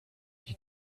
die